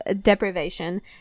deprivation